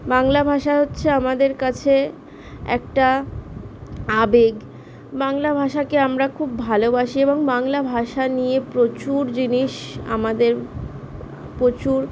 বাংলা ভাষা হচ্ছে আমাদের কাছে একটা আবেগ বাংলা ভাষাকে আমরা খুব ভালোবাসি এবং বাংলা ভাষা নিয়ে প্রচুর জিনিস আমাদের প্রচুর